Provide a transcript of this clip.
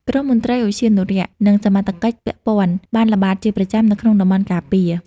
ក្រុមមន្ត្រីឧទ្យានុរក្ស និងសមត្ថកិច្ចពាក់ព័ន្ធបានល្បាតជាប្រចាំនៅក្នុងតំបន់ការពារ។